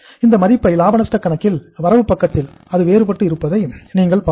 இந்த மதிப்பை லாப நஷ்டக் கணக்கில் வரவுபக்கத்தில் அது வேறுபட்டு இருப்பதை நீங்கள் பார்க்கலாம்